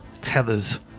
tethers